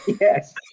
yes